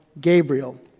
Gabriel